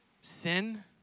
Sin